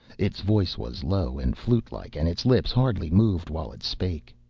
its voice was low and flute-like, and its lips hardly moved while it spake.